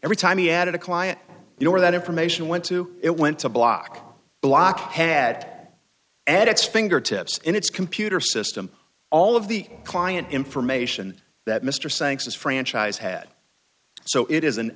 every time he added a client you know where that information went to it went to block blockhead edits fingertips and it's computer system all of the client information that mr sanctions franchise had so it is an